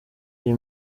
iyi